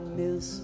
miss